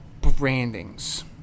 Brandings